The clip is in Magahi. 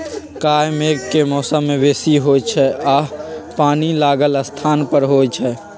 काई मेघ के मौसम में बेशी होइ छइ आऽ पानि लागल स्थान पर होइ छइ